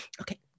okay